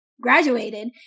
graduated